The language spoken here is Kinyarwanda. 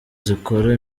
zikora